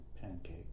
Pancake